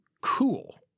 Cool